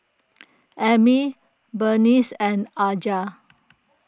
Emmy Berneice and Aja